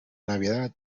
navidad